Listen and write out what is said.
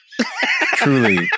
truly